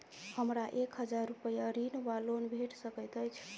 हमरा एक हजार रूपया ऋण वा लोन भेट सकैत अछि?